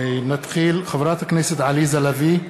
(קורא בשמות חברי הכנסת) עליזה לביא,